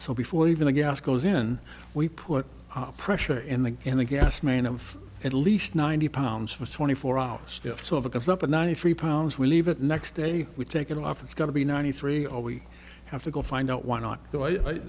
so before even the gas goes in we put pressure in the in the gas main of at least ninety pounds for twenty four hours so if it comes up at ninety three pounds we leave it next day we take it off it's got to be ninety three all we have to go find out why not go i